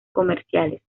comerciales